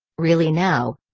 really now!